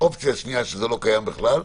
אופציה שנייה, שזה לא קיים בכלל.